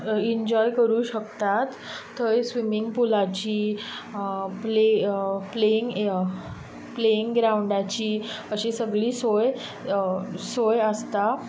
enjoy करूं शकतात थंय स्विमींग पुलाची प्लेयींग प्लेयींग ग्रांवडाची अशी सगली सोय सोय आसता